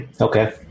Okay